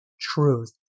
truth